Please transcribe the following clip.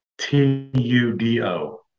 T-U-D-O